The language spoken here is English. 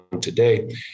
today